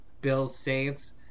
Bills-Saints